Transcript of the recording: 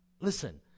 Listen